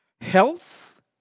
health